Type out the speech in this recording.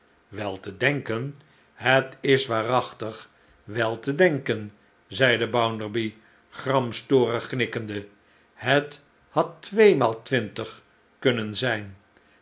wel te denken het is waarachtig wel te denken zeide bounderby gramstorig knikkende het had tweemaal twintig kunnen zijn